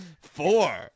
four